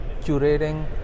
curating